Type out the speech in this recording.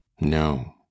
no